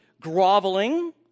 groveling